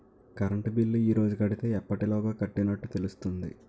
Current bill ఈ రోజు కడితే ఎప్పటిలోగా కట్టినట్టు తెలుస్తుంది?